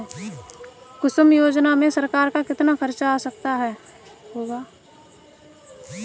कुसुम योजना में सरकार का कितना खर्चा आ जाता होगा